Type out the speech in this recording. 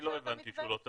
אני לא הבנתי שהוא לא צריך.